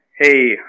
Hey